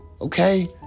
Okay